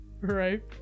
Right